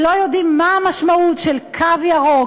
שלא יודעים מה המשמעות של הקו הירוק